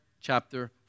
chapter